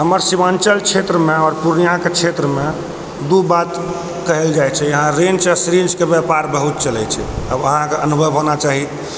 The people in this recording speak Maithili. हमर शिमाञ्चल क्षेत्र मे आओर पूर्णिया के क्षेत्र मे दू बात कहल जाइ छै इहाँ रीञ्च ओर सृञ्च के ब्यापार बहुत चलै छै आब अहाँक अनुभव होना चाही